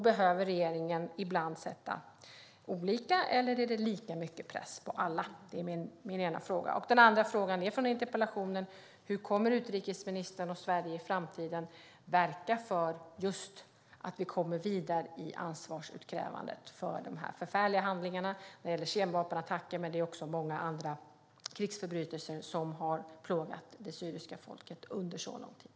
Behöver regeringen ibland sätta olika mycket press, eller är det lika mycket press på alla? Det var två frågor, och den tredje är från interpellationen. Hur kommer utrikesministern och Sverige i framtiden att verka just för att vi kommer vidare i ansvarsutkrävandet för dessa förfärliga handlingar? Det gäller kemvapenattacker, men det är också många andra krigsförbrytelser som har plågat det syriska folket under lång tid.